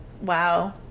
wow